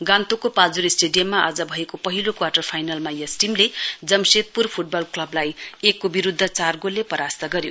गान्तोकको पाल्जोर स्टेडियममा आज भएको पहिलो क्वाटर फाइनलमा यस टीमले जमसेदपुर फुटबल क्लबलाई एकको विरूद्ध चार गोलले परास्त गर्यो